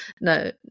No